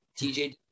TJ